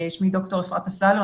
שמי ד"ר אפרת אפללו,